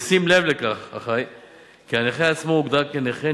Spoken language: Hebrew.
בשים לב לכך שהנכה עצמו הוגדר כנכה